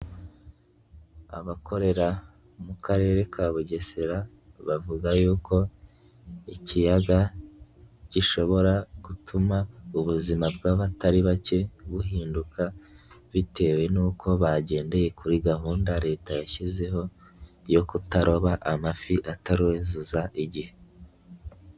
Abakorera mu Karere ka Bugesera bavuga yuko ikiyaga gishobora gutuma ubuzima bw'abatari bake buhinduka bitewe n'uko bagendeye kuri gahunda Leta yashyizeho yo kutaroba amafi ataruzuza igihe.